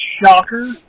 Shocker